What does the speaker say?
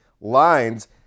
lines